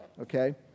okay